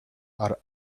are